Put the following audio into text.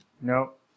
Nope